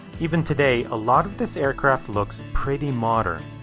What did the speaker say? even today, a lot of this aircraft looks pretty modern.